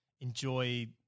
enjoy